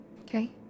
Okay